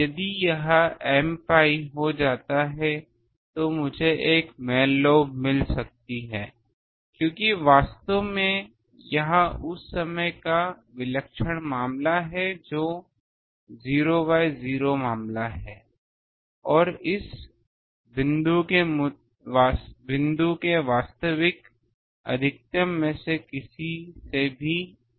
यदि यह m pi हो जाता है तो मुझे एक मैन लोब मिल सकती है क्योंकि वास्तव में यह उस समय का विलक्षण मामला है जो 0 बाय 0 मामला है और यह इस बिंदु के वास्तविक अधिकतम में से किसी से भी अधिक है